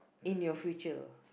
in your future